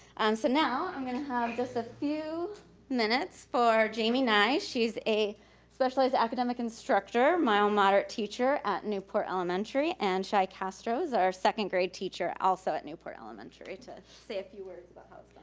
so now i'm gonna have just a few minutes for jamie nye, she's a socialized academic instructor, mild moderate teacher at newport elementary, and shai castro, our second grade teacher also at newport elementary to say a few words about